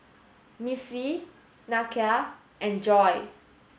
Missie Nakia and Joy